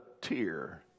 tear